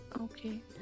Okay